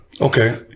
Okay